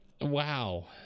Wow